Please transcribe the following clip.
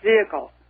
vehicle